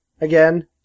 again